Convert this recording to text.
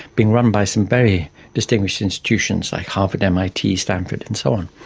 being run by some very distinguished institutions like harvard, mit, stanford and so on.